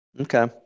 Okay